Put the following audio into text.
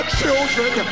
children